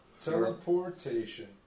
teleportation